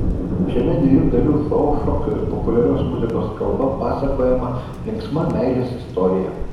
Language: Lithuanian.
šiame dviejų dalių šou šokio ir populiarios muzikos kalba pasakojama linksma meilės istorija